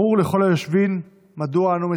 ברור לכל היושבים מדוע אנו מציינים,